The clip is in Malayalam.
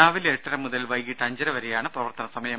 രാവിലെ എട്ടര മുതൽ വൈകീട്ട് അഞ്ചര വരെയാണ് പ്രവർത്തന സമയം